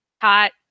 Hot